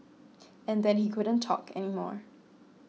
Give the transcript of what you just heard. and then he couldn't talk anymore